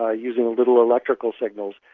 ah using little electrical signals.